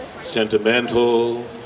Sentimental